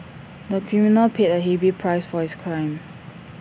the criminal paid A heavy price for his crime